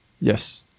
Yes